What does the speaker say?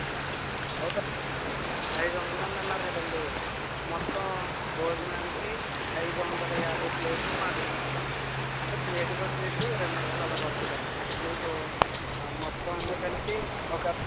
buffet సిస్టమండి ఐదొందల మంది అన్నారు కదండి మొత్తం భోజనానికి ఐదొందల యాభై ప్లేట్లు మాట్లాడుకోండి అంటే ప్లేటుకొచ్చేసి రెండొందలు అలా పడతాదండి మీకు మొత్తమాన్నీ కలిపి ఒక